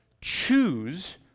choose